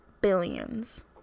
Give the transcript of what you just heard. billions